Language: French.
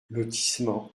lotissement